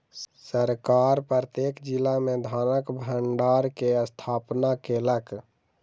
सरकार प्रत्येक जिला में धानक भण्डार के स्थापना केलक